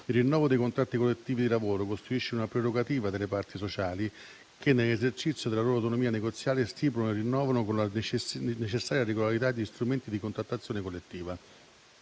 Il rinnovo dei contratti collettivi di lavoro costituisce una prerogativa delle parti sociali che nell'esercizio della loro autonomia negoziale stipulano e rinnovano con la necessaria regolarità gli strumenti di contrattazione collettiva.